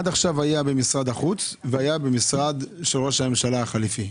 עד עכשיו היה במשרד החוץ והיה במשרד ש לראש הממשלה החליפי.